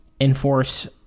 enforce